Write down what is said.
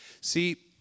See